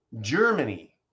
Germany